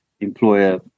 employer